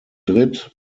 dritt